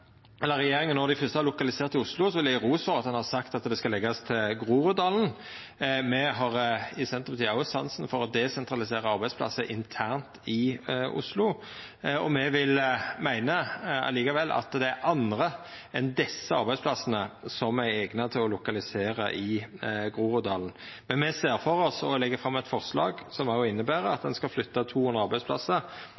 ein har sagt at det skal leggjast til Groruddalen. Me har i Senterpartiet òg sansen for å desentralisera arbeidsplassar internt i Oslo. Me meiner likevel at det er andre enn desse arbeidsplassane som er eigna til å lokalisera i Groruddalen. Me ser for oss, og legg fram eit forslag som òg inneber, at